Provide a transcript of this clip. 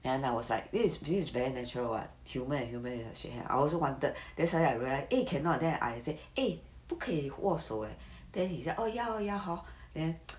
and I was like this is this is very natural [what] human and human shake hand I also wanted then suddenly I realise !hey! cannot then I say !hey! 不可以握手 leh then he say oh ya hor ya hor then